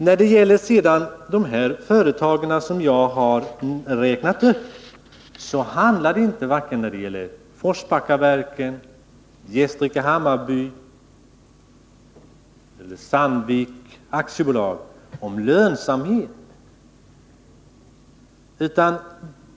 När det gäller de företag som jag har räknat upp handlar det inte för vare sig Forsbackaverken eller Gästrike-Hammarby om dålig lönsamhet.